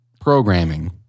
programming